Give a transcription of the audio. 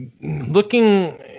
looking